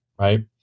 right